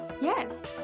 Yes